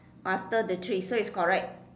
after the three so is correct